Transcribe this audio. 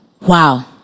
Wow